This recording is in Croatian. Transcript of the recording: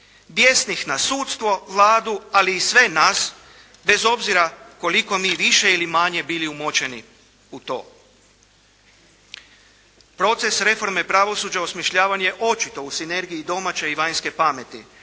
bijesnih na sudsvo, Vladu ali i sve nas, bez obzira koliko mi više ili manje bili umočeni u to. Proces reforme pravosuđa osmišljavan je očito u sinergiji domaće i vanjske pameti,